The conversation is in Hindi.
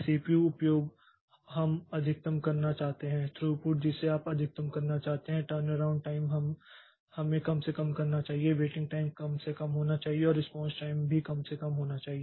सीपीयू उपयोग हम अधिकतम करना चाहते हैं थ्रूपुट जिसे आप अधिकतम करना चाहते हैं टर्नअराउंड टाइम हमें कम से कम करना चाहिए वेटिंग टाइम कम से कम होना चाहिए और रेस्पॉन्स टाइम भी कम से कम होना चाहिए